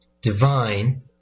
divine